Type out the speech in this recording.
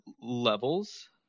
levels